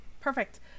Perfect